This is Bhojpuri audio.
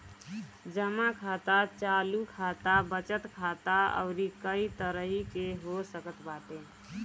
जमा खाता चालू खाता, बचत खाता अउरी कई तरही के हो सकत बाटे